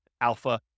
alpha